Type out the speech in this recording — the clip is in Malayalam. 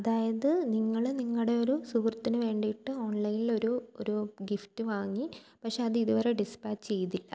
അതായത് നിങ്ങൾ നിങ്ങളുടെയൊരു സുഹൃത്തിനു വേണ്ടിയിട്ട് ഓൺലൈനിലൊരു ഒരു ഗിഫ്റ്റ് വാങ്ങി പക്ഷേ അത് ഇതുവരെ ഡിസ്പാച്ച്